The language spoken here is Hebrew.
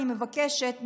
אני מבקשת,